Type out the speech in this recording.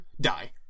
die